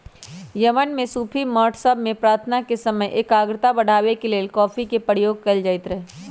Yemen में सूफी मठ सभ में प्रार्थना के समय एकाग्रता बढ़ाबे के लेल कॉफी के प्रयोग कएल जाइत रहै